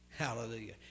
Hallelujah